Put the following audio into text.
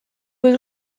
was